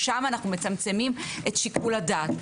שם אנו מצמצמים את שיקול הדעת.